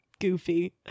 goofy